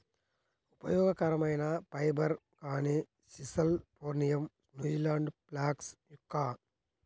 ఉపయోగకరమైన ఫైబర్, కానీ sisal phormium, New Zealand flax yucca